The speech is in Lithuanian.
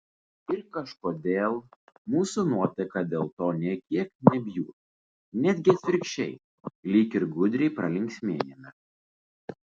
ir kažkodėl mūsų nuotaika dėl to nė kiek nebjūra netgi atvirkščiai lyg ir gudriai pralinksmėjame